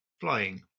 flying